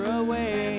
away